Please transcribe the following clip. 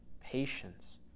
patience